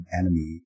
enemy